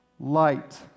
light